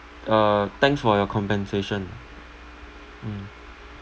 uh thanks for your compensation ah mm